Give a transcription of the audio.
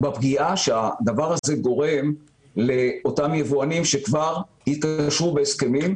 בפגיעה שהדבר הזה גורם לאותם יבואנים שכבר התקשרו בהסכמים.